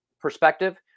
perspective